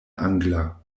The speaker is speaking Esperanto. angla